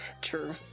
True